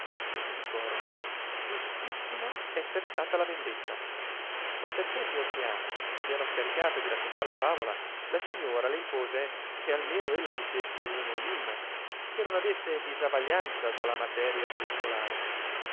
giudicorono giustissima esser stata la vendetta ma perchè fiordiana si era scaricata di raccontare la favola la signora le impose che almeno ella dicesse uno enimma che non avesse disavaglianza da la materia del scolare